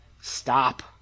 stop